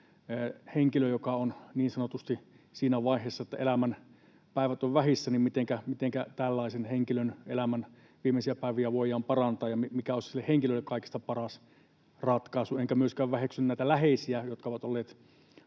henkilön, joka on niin sanotusti siinä vaiheessa, että elämän päivät ovat vähissä, viimeisiä päiviä voidaan parantaa ja mikä olisi sille henkilölle kaikista paras ratkaisu. Enkä myöskään väheksy näitä läheisiä, jotka ovat olleet